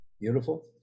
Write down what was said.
Beautiful